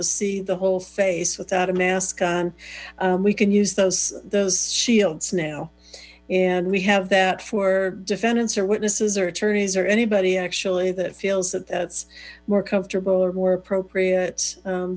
to see the whole face without a mask on we can use those those shields now and we have that for defendants or witnesses or attorneys or anybody actually that feels that that's more comfortable or more appropriate